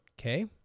Okay